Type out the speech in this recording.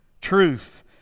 Truth